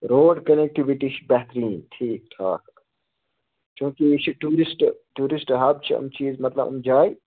road connectivity چھِ بہتریٖن ٹھیٖک ٹھاکھ چوٗنٛکہِ یہِ چھِ ٹیٛوٗرِسٹہٕ ٹیٛوٗرِسٹہٕ حب چھِ یِم چیٖز مطلب یِم جایہِ